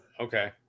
Okay